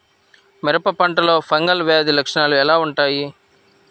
మిరప పంటలో ఫంగల్ వ్యాధి లక్షణాలు ఎలా వుంటాయి?